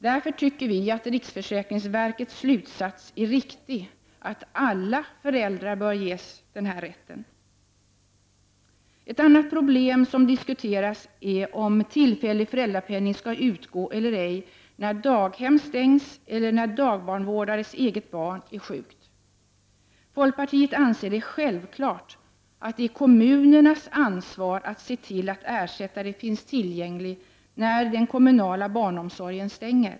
Därför tycker vi att RFVs slutsats är riktig, att alla föräldrar bör ges denna rätt. Ett annat problem som diskuteras är om tillfällig föräldrapenning skall utgå eller ej, när daghem stängs eller när dagbarnvårdares eget barn är sjukt. Folkpartiet anser det självklart att det är kommunernas ansvar att se till att ersättare finns tillgänglig när den kommunala barnomsorgen stänger.